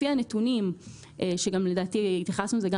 לפי הנתונים - שלדעתי התייחסנו אליהם